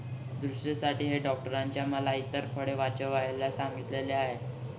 दृष्टीसाठी आहे डॉक्टरांनी मला इतर फळे वाचवायला सांगितले आहे